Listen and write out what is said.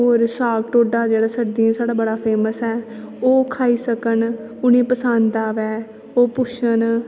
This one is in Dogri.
और साग ढोडा जेहड़ा सर्दिये च साढ़ा बड़ा फेमस ऐ ओह् खाई सकन उंहेगी पसंद आवै ओह् पुच्छन